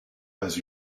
pas